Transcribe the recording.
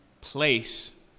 place